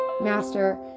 master